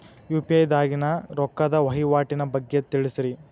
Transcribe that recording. UPI ದಾಗಿನ ರೊಕ್ಕದ ವಹಿವಾಟಿನ ಬಗ್ಗೆ ತಿಳಸ್ರಿ